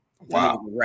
Wow